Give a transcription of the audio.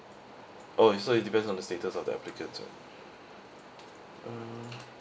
oh so it depends on the status of the applicants right mm